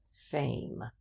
fame